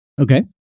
Okay